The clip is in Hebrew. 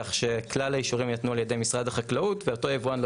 כך שכלל האישורים יינתנו על ידי משרד החקלאות ואותו יבואן לא